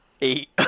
eight